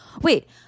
Wait